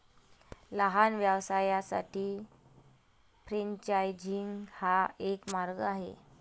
लहान व्यवसायांसाठी फ्रेंचायझिंग हा एक मार्ग आहे